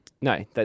no